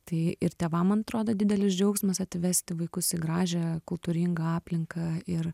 tai ir tėvam man atrodo didelis džiaugsmas atvesti vaikus į gražią kultūringą aplinką ir